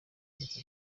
ariko